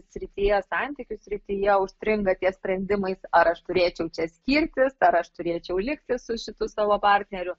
srityje santykių srityje užstringa ties sprendimais ar aš turėčiau čia skirtis ar aš turėčiau likti su šitu savo partneriu